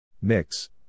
Mix